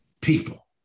people